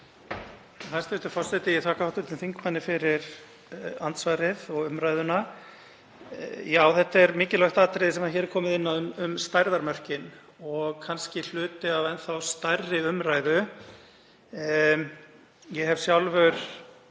þetta er mikilvægt atriði sem hér er komið inn á, um stærðarmörkin, og er kannski hluti af enn stærri umræðu. Ég hef sjálfur